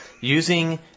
Using